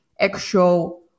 Actual